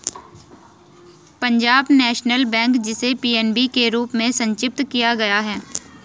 Punjab national bank, जिसे PNB के रूप में संक्षिप्त किया गया है